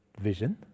vision